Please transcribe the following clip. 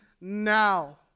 now